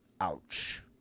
Ouch